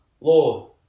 Lord